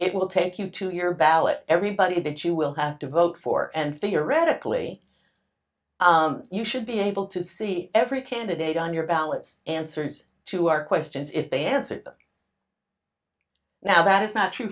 it will take you to your ballot everybody that you will have to vote for and theoretically you should be able to see every candidate on your ballots answers to our questions if they answer now that is not true